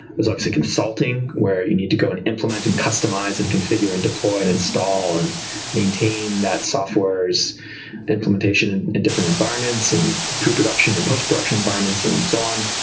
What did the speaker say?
there's obviously consulting, where you need to go and implement and customize and configure and deploy and install and maintain that software's implementation in in different environments and pre-production and postproduction environments and so on.